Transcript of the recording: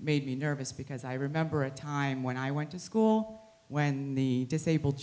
made me nervous because i remember a time when i went to school when the disabled